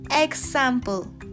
Example